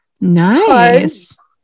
Nice